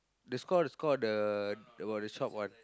the score the score the about the shop one